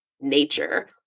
nature